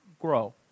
Grow